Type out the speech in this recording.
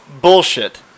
Bullshit